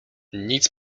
nic